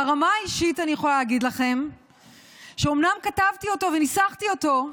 ברמה האישית אני יכולה להגיד לכם שאומנם כתבתי אותו וניסחתי אותו,